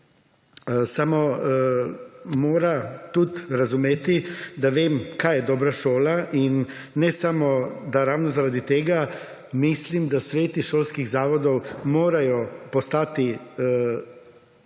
samo mora tudi razumeti, da vem kaj je dobra šola in ne samo da ravno zaradi tega mislim, da sveti šolskih zavodov morajo postati taki